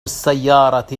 السيارة